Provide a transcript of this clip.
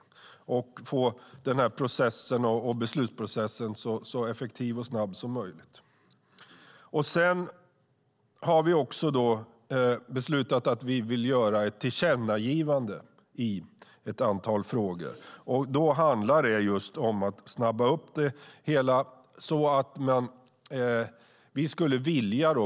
På så sätt kan vi få hela processen och beslutsprocessen så effektiv och snabb som möjligt. Vi har också beslutat att vi vill göra ett tillkännagivande i ett antal frågor. Det handlar just om att snabba upp det hela.